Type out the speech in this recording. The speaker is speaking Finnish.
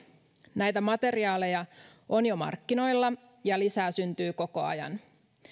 näitä materiaaleja on jo markkinoilla ja lisää syntyy koko ajan